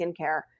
skincare